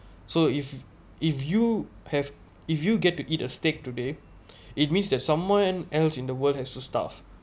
so if if you have if you get to eat a steak today it means that someone else in the world has to starve